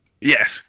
Yes